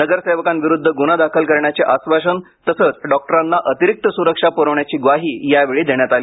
नगरसेवकांविरुद्ध गुन्हा दाखल करण्याचे आश्वासन तसंच डॉक्टरांना अतिरिक्त सुरक्षा पुरवण्याची ग्वाही यावेळी देण्यात आली